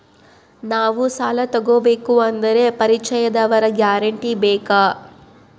ನಾವು ಸಾಲ ತೋಗಬೇಕು ಅಂದರೆ ಪರಿಚಯದವರ ಗ್ಯಾರಂಟಿ ಬೇಕಾ?